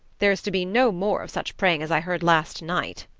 there's to be no more of such praying as i heard last night.